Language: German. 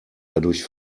dadurch